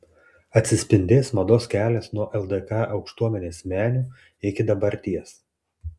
atsispindės mados kelias nuo ldk aukštuomenės menių iki dabarties